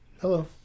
hello